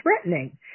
threatening